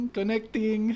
connecting